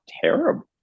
terrible